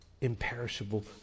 imperishable